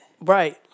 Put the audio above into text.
Right